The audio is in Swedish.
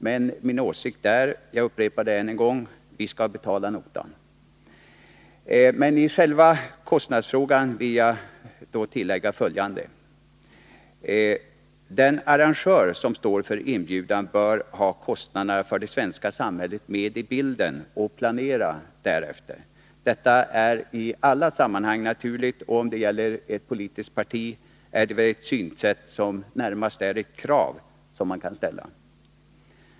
Men min åsikt där — jag upprepar den än en gång — är att vi skall betala notan. När det gäller själva kostnadsfrågan vill jag tillägga följande: Den arrangör som står för inbjudan bör ha kostnaderna för det svenska samhället med i bilden och planera därefter. Detta är naturligt i alla sammanhang, och då det gäller ett politiskt parti är det väl närmast ett krav som man kan ställa.